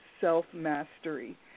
self-mastery